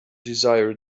desire